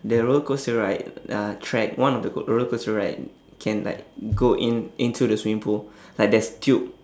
the rollercoaster right uh track one of the co~ rollercoaster right can like go in into the swimming pool like there's tube